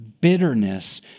bitterness